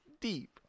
deep